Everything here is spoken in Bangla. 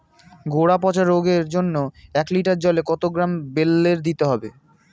গোড়া পচা রোগের জন্য এক লিটার জলে কত গ্রাম বেল্লের দিতে হবে?